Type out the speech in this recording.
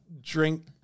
drink